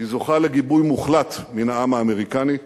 היא זוכה לגיבוי מוחלט מן העם האמריקני,